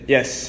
Yes